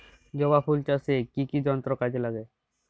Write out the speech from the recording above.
জবা ফুল চাষে কি কি যন্ত্র কাজে লাগে?